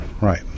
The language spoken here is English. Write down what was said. right